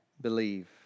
believe